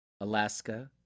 Alaska